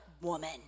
woman